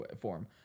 form